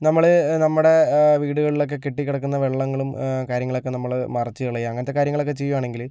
നമ്മൾ നമ്മുടെ വീടുകളിലൊക്കെ കെട്ടിക്കിടക്കുന്ന വെള്ളങ്ങളും കാര്യങ്ങളുമൊക്കെ നമ്മൾ മറിച്ച് കളയുകയും അങ്ങനത്തെ കാര്യങ്ങളൊക്കെ ചെയ്യുകയാണെങ്കിൽ